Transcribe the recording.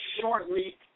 shortly